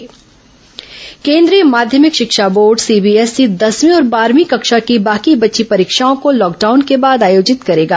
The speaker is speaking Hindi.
कोरोना सीबीएसई परीक्षा केन्द्रीय माध्यमिक शिक्षा बोर्ड सीबीएसई दसवीं और बारहवीं कक्षा की बाकी बची परीक्षाओं को लॉकडाउन के बाद आयोजित करेगा